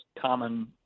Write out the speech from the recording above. common